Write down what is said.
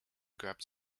grabbed